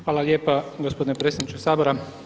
Hvala lijepa gospodine predsjedniče Sabora.